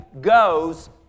goes